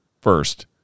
First